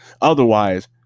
Otherwise